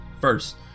first